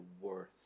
worth